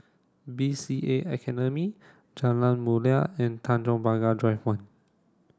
B C A Academy Jalan Mulia and Tanjong Pagar Drive one